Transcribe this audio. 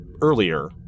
earlier